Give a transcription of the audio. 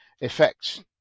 effects